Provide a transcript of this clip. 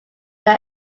they